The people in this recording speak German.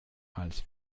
als